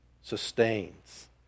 sustains